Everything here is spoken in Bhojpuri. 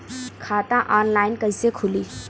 खाता ऑनलाइन कइसे खुली?